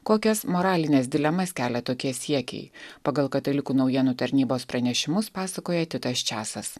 kokias moralines dilemas kelia tokie siekiai pagal katalikų naujienų tarnybos pranešimus pasakoja titas česas